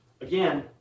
Again